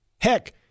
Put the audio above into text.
Heck